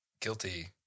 guilty